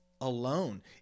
alone